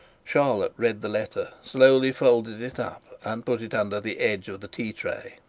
charlotte read the letter, slowly folded it up, and put it under the edge of the tea-tray.